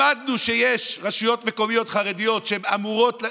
למדנו שיש רשויות מקומיות חרדיות שאמורות,